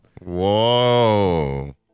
Whoa